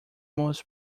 most